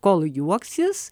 kol juoksis